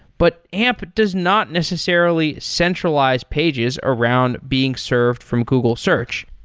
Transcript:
but amp does not necessarily centralize pages around being served from google search.